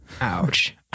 ouch